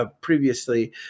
previously